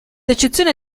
eccezione